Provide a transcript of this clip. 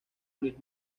luis